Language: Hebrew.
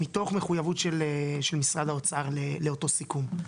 מתוך מחויבות של משרד האוצר לאותו סיכום.